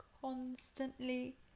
constantly